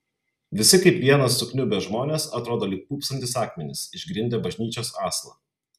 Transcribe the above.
visi kaip vienas sukniubę žmonės atrodo lyg pūpsantys akmenys išgrindę bažnyčios aslą